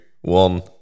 one